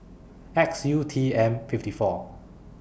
X U T M fifty four